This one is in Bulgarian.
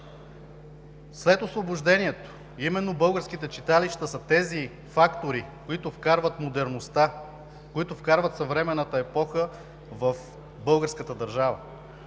След Освобождението именно българските читалища са тези фактори, които вкарват модерността, които вкарват съвременната епоха в българската държава.